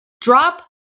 Drop